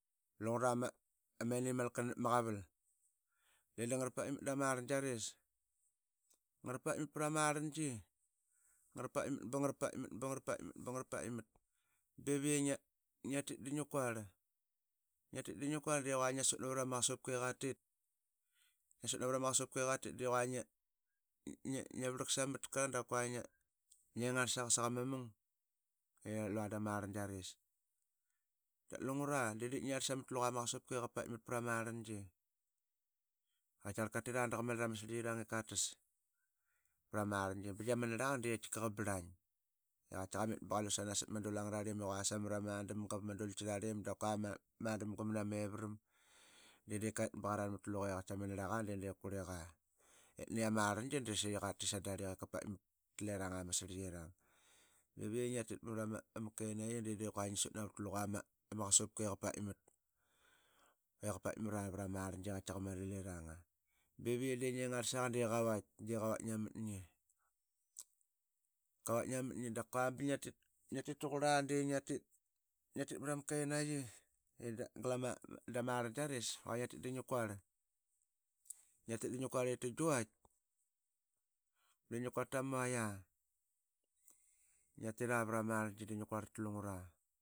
Lungra ma animalkana napma qaval. de da ngara paitmat dama rlangaris ngra paitmat prama arlangi. Ngara paitmat ba ngra paitmat. ba ngra paitmat. ba ngra paitmat. beviyi ngia tit da qukual. ngia tit da ngi quarl dequa ngi asut navarana qasupka i qatit ngia ngarlsaqa saqa mamung e lua danarlangia ris. Da lungra de diip i yarlat samatka luqaama qusupka i qa pitmat prama arlangi. i qaitaqarl katitra da qamali rama sarlitirang ip qatas. prama rlangi i binga dama anirlaqa da qa braing i qaiti mit ba qalusanas sap ma dul angararlim. i qua samrama damga vama dulki rarlim da qua marama a damga manamevram. de diip qet ba qaran mat luqe i qaiti ama nirlaqade qait qurliqa i nani ama Nangi de saii qatit sadarlik tleranga amasarlikirang. Iv iyi ngi atit marama kenayii de qua ngi sut navaraqa i qa pait mat. Qa paitmat ra vrama rlangi i qatit qa mali raliranga. Bev iyi de ngi ngarl saqa ba qa vait de qa vait namat ngi. Qa wait namat ngi da qua ba ngiatit taqurla de ngiatit mrama kenaiyii da glama. qua dama rlangiaris i natit da ngi quarl ip ta giwait De ngi quarl tama waita. ngiatira vrama rlangi de ngi quarl tlungra